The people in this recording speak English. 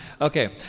Okay